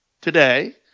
today